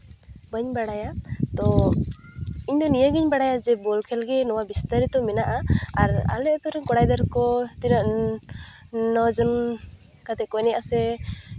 ᱵᱟᱹᱧ ᱵᱟᱲᱟᱭᱟ ᱛᱚ ᱤᱧ ᱫᱚ ᱱᱤᱭᱟᱹᱜᱮᱧ ᱵᱟᱲᱟᱭᱟ ᱡᱮ ᱵᱚᱞᱠᱷᱮᱞ ᱜᱮ ᱱᱚᱣᱟ ᱵᱤᱥᱛᱟᱨᱤᱛᱚ ᱢᱮᱱᱟᱜᱼᱟ ᱟᱨ ᱟᱞᱮ ᱟᱛᱳ ᱨᱮ ᱠᱚᱲᱟ ᱜᱤᱫᱽᱨᱟᱹ ᱠᱚ ᱛᱤᱱᱟᱹᱜ ᱱᱚᱡᱚᱱ ᱠᱟᱛᱮ ᱠᱚ ᱮᱱᱮᱡ ᱟᱥᱮ